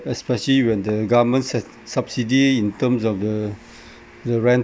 especially when the government sub~ subsidy in terms of the the rental